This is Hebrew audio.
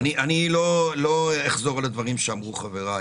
לא אחזור על דברי חברי,